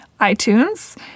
iTunes